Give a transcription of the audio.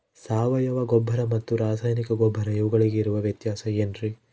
ಸಾವಯವ ಗೊಬ್ಬರ ಮತ್ತು ರಾಸಾಯನಿಕ ಗೊಬ್ಬರ ಇವುಗಳಿಗೆ ಇರುವ ವ್ಯತ್ಯಾಸ ಏನ್ರಿ?